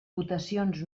votacions